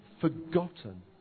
forgotten